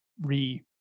re